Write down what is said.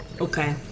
okay